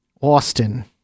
Austin